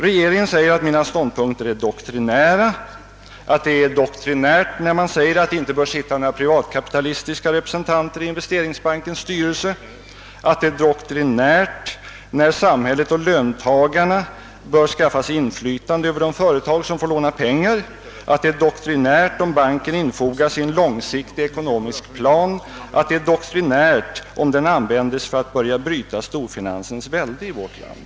Regeringen säger att min ståndpunkt är doktrinär när jag anser att det inte bör sitta några privatkapitalistiska representanter i investeringsbankens styrelse, att det är doktrinärt att anse att samhället och löntagarna bör skaffa sig inflytande över de företag som får låna pengar, att det är doktrinärt om banken infogas i en långsiktig ekonomisk plan, om den används för att börja bryta storfinansens välde i vårt land.